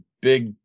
big